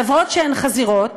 חברות שהן חזירות,